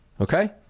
Okay